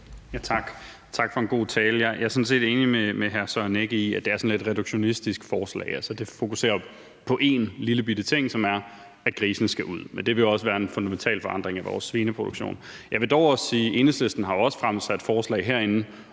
Tak for en god tale. Jeg er sådan set enig med hr. Søren Egge Rasmussen i, at det er et sådan lidt reduktionistisk forslag. Det fokuserer på en lillebitte ting, som er, at grisene skal ud. Men det vil også være en fundamental forandring i vores svineproduktion. Jeg vil dog sige, at Enhedslisten jo også har fremsat forslag herinde